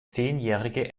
zehnjährige